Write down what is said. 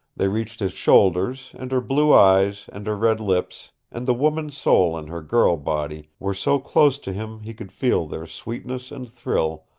they reached his shoulders, and her blue eyes, and her red lips, and the woman's soul in her girl-body were so close to him he could feel their sweetness and thrill,